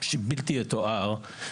שלא ניתנת לתיאור,